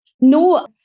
No